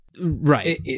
Right